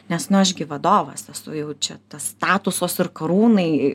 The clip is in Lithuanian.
nes aš gi vadovas esu jau čia tas statusas ir karūnai